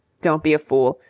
don't be a fool.